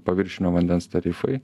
paviršinio vandens tarifai